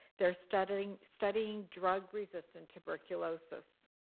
they're studying studying drug-resistant tuberculosis.